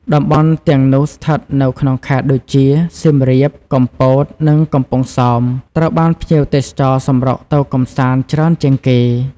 តំបន់ទាំងនោះស្ថិតនៅក្នុងខេត្តដូចជា សៀមរាប កំពត និងកំពង់សោម ត្រូវបានភ្ញៀវទេសចរណ៍សម្រុកទៅកម្សាន្តច្រើនជាងគេ។